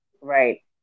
right